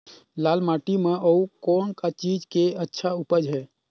लाल माटी म अउ कौन का चीज के अच्छा उपज है?